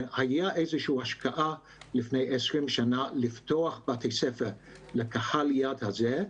הייתה איזושהי השקעה לפני 20 שנה לפתוח בתי ספר לקהל היעד הזה,